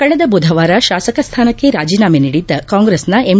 ಕಳೆದ ಬುಧವಾರ ಶಾಸಕ ಸ್ಥಾನಕ್ಕೆ ರಾಜೀನಾಮೆ ನೀಡಿದ್ದ ಕಾಂಗ್ರೆಸ್ನ ಎಂ